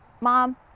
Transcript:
Mom